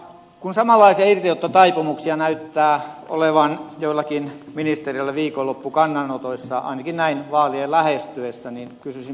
kun samanlaisia irtiottotaipumuksia näyttää olevan joillakin ministereillä viikonloppukannanotoissa ainakin näin vaalien lähestyessä niin kysyisin pääministeriltä